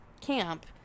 Camp